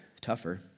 tougher